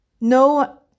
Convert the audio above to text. No